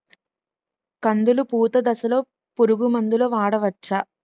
కందులు పూత దశలో పురుగు మందులు వాడవచ్చా?